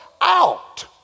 out